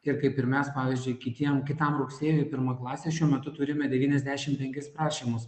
ir kaip ir mes pavyzdžiui kitiem kitam rugsėjui pirmoj klasėj šiuo metu turime devyniasdešim penkis prašymus